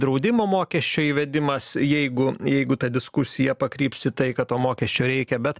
draudimo mokesčio įvedimas jeigu jeigu ta diskusija pakryps į tai kad to mokesčio reikia bet